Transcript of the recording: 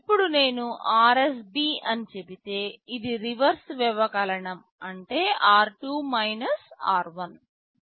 ఇప్పుడు నేను RSB అని చెబితే ఇది రివర్స్ వ్యవకలనం అంటే r2 r1